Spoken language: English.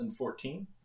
2014